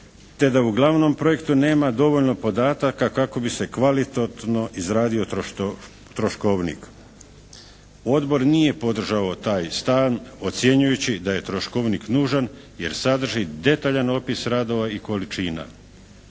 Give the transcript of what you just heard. te da u glavnom projektu nema dovoljno podataka kako bi se kvalitetno izradio troškovnik. Odbor nije podržao taj stav ocjenjujući da je troškovnik nužan jer sadrži detaljan opis radova i količina.